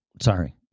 Sorry